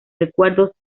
recuerdos